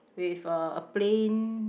with a plain